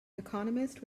economist